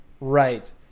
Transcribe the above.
Right